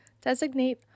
Designate